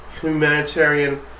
humanitarian